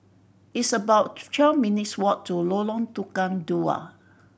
it's about twelve minutes' walk to Lorong Tukang Dua